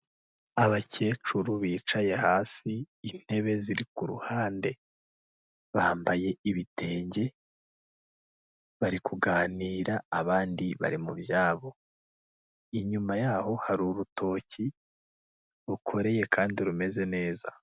Abakecuru bicaye hasi, intebe ziri ku ruhande, bambaye ibitenge bari kuganira abandi bari mu byabo, inyuma yaho hari urutoki rukoreye kandi rumeze neza.